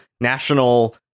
national